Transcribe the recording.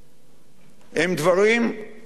הם דברים ששאול מופז,